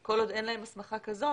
כל עוד אין להם הסמכה כזו,